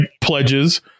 pledges